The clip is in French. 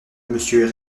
monsieur